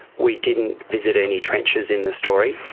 we didn't visit any trenches in the story.